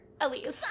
Elise